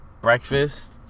breakfast